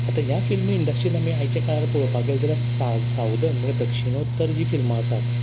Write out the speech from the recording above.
आतां ह्या फिल्म इंडस्ट्रीन आमी आयच्या काळार पळोपा गेले जाल्यार सावदन म्हणजे दक्षीणोत्तर जीं फिल्मां आसात